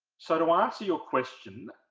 so to answer your question